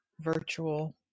virtual